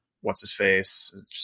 What's-His-Face